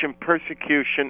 persecution